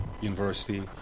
university